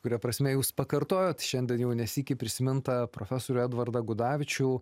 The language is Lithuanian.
kuria prasme jūs pakartojot šiandien jau ne sykį prisimintą profesorių edvardą gudavičių